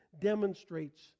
demonstrates